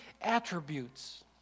attributes